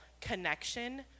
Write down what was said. connection